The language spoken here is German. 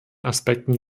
aspekten